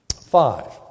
Five